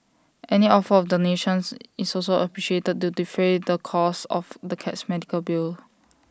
any offer of donations is also appreciated to defray the costs of the cat's medical bill